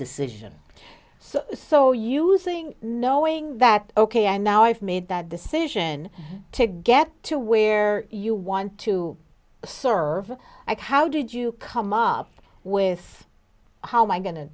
decision so using knowing that ok and now i've made that decision to get to where you want to serve i coude did you come up with how i'm going to